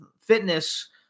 fitness